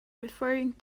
referring